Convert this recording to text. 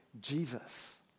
Jesus